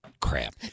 crap